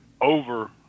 over